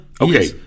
Okay